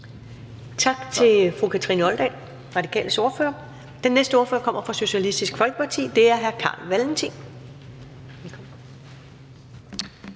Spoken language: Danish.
Tak til fru Kathrine Olldag, Radikales ordfører. Den næste ordfører kommer fra Socialistisk Folkeparti. Det er hr. Carl Valentin.